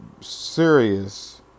serious